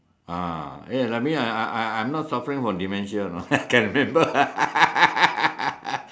uh ya that mean I I I'm not suffering from dementia you know can remember